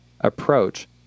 approach